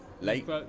late